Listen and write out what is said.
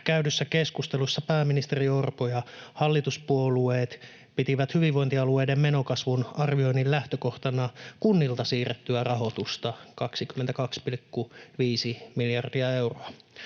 käydyssä keskustelussa pääministeri Orpo ja hallituspuolueet pitivät hyvinvointialueiden menokasvun arvioinnin lähtökohtana kunnilta siirrettyä rahoitusta, 22,5 miljardia euroa.